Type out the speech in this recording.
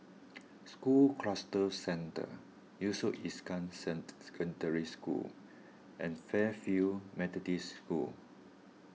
School Cluster Centre Yusof sent Secondary School and Fairfield Methodist School